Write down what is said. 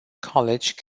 college